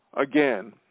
Again